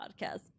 podcast